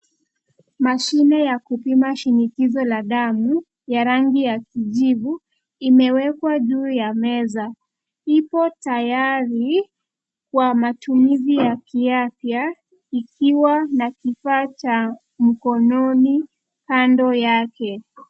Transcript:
Mashini ya kupima shinikizo la damu ya rangi ya kijivu imewekwa juu ya meza, ipo tayari kwa matumizi ya kiafya ikiwa na kifaa cha mkononi kando yake.